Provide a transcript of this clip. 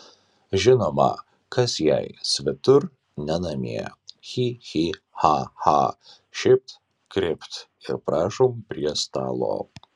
žinoma kas jai svetur ne namie chi chi cha cha šypt krypt ir prašom prie stalo